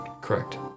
Correct